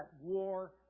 war